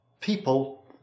people